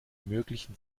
möglichen